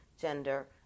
gender